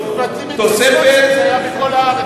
אם לא הייתם מבטלים את ויסקונסין זה כבר היה בכל הארץ.